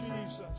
Jesus